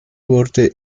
wurde